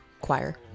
choir